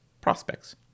prospects